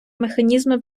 механізми